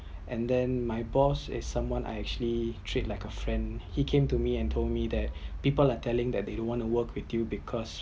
and then my boss is someone I actually treat like a friend he came to me and told me that people are telling that they don‘t want to work with you because